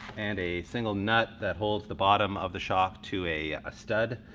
and a single nut that holds the bottom of the shock to a a stud.